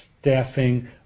staffing